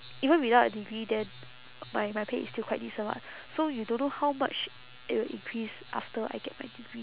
even without a degree then my my pay is still quite decent [what] so you don't know how much it will increase after I get my degree